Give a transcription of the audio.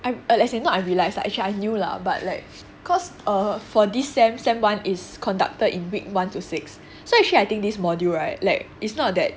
I as in not I realize lah actually I knew lah but like cause err for this semester semester one is conducted in week one to six so actually I think this module [right] like it's not that